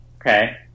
okay